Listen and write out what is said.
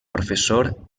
professor